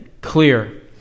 clear